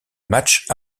matchs